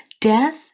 Death